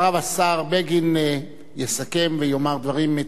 השר בגין יסכם ויאמר דברים מטעמו.